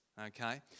Okay